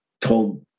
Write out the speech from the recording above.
told